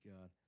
God